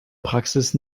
praxis